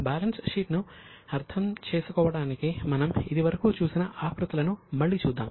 balance sheet ను అర్థం చేసుకోవడానికి మనం ఇదివరకు చూసిన ఆకృతులను మళ్లీ చూద్దాం